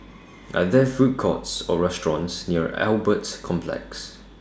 Are There Food Courts Or restaurants near Albert Complex